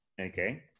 okay